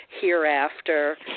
hereafter